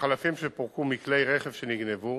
בחלפים שפורקו מכלי רכב שנגנבו,